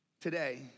today